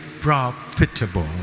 profitable